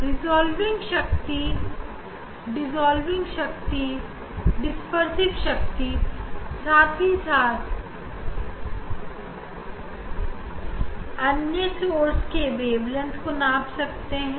इस प्रयोग से हम रिजॉल्विंग पावर डिस्पर्सिव पावर और प्रकाश के अनेक सोर्स की वेवलेंथ निकाल सकते हैं